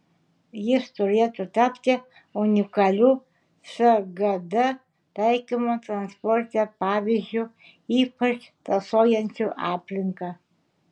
jis turėtų tapti unikaliu sgd taikymo transporte pavyzdžiu ypač tausojančiu aplinką